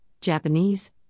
Japanese